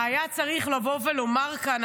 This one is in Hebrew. היה צריך לבוא ולומר כאן,